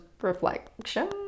reflection